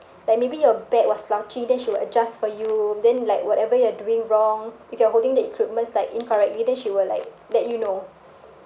like maybe your back was slouchy then she will adjust for you then like whatever you're doing wrong if you are holding the equipments like incorrectly then she will like let you know